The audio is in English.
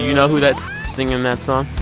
know who that's singing that song?